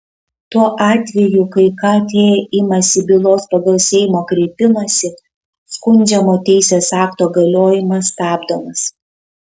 tuo atveju kai kt imasi bylos pagal seimo kreipimąsi skundžiamo teisės akto galiojimas stabdomas